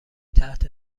تحت